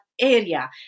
area